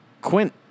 Quint